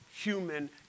human